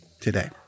today